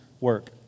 work